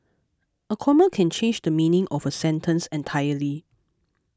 a comma can change the meaning of a sentence entirely